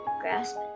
grasp